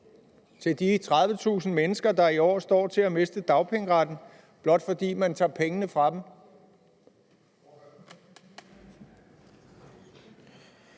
til de 30.000 mennesker, der i år står til at miste dagpengeretten, blot fordi man tager pengene fra dem?